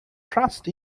trust